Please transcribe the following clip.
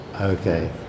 okay